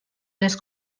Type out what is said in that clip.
les